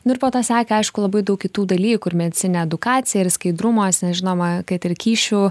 nu ir po to sekė aišku labai daug kitų dalykų ir medicininė edukacija ir skaidrmas žinoma kad ir kyšių